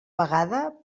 vegada